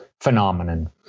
phenomenon